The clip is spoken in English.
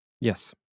Yes